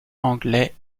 anglais